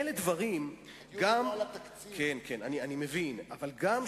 ובעצם